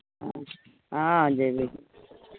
हँ जैबै की